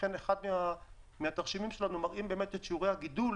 לכן אחד התרשימים שלנו מראה את שיעורי הגידול